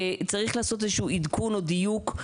צריך לעשות איזשהו עדכון או דיוק,